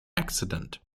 accident